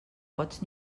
pots